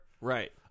Right